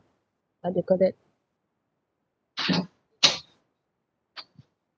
what do you call that